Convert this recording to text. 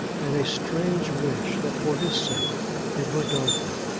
and a strange wish that for his sake it were darker.